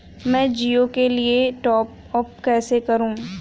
मैं जिओ के लिए टॉप अप कैसे करूँ?